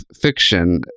fiction